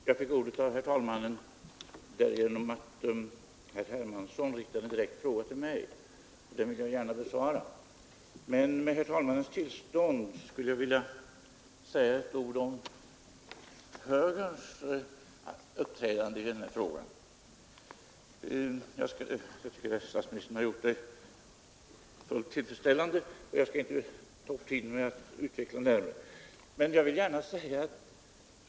Herr talman! Jag fick ordet av herr talmannen därför att herr Hermansson riktade en direkt fråga till mig. Den vill jag gärna besvara. Men med herr talmannens tillstånd vill jag säga några ord om högerns uppträdande i denna fråga. Statsministern har gjort det fullt tillfreds tarisk delegation för granskning av den militära underrättelsetjänsten ställande, och jag skall inte ta upp tiden med att utveckla det närmare.